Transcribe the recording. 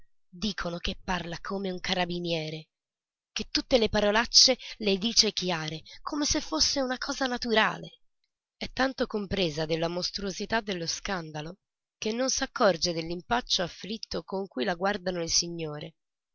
dicono che parla come un carabiniere che tutte le parolacce le dice chiare come se fosse una cosa naturale è tanto compresa della mostruosità dello scandalo che non s'accorge dell'impaccio afflitto con cui la guardano le signore